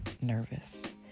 nervous